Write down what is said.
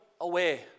away